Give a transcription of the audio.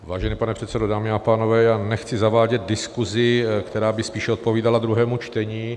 Vážený pane předsedo, dámy a pánové, nechci zavádět diskusi, která by spíše odpovídala druhému čtení.